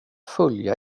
följa